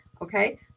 okay